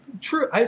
True